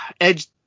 edge